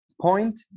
point